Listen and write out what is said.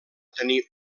tenir